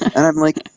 and i'm, like,